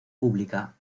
pública